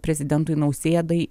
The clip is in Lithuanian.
prezidentui nausėdai